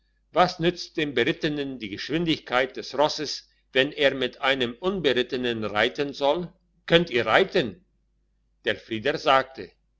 was nützt dem berittenen die geschwindigkeit des rosses wenn er mit einem unberittenen reiten soll könnt ihr reiten der frieder sagte